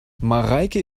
mareike